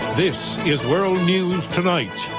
this is world news tonight.